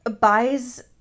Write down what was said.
buys